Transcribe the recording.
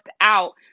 out